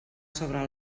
sobre